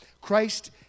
Christ